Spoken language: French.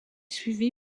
suivi